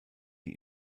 die